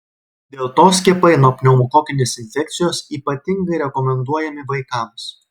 dėl to skiepai nuo pneumokokinės infekcijos ypatingai rekomenduojami vaikams